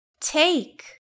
take